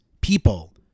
People